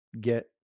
get